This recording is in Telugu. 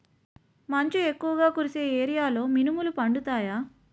మంచు ఎక్కువుగా కురిసే ఏరియాలో మినుములు పండుతాయా?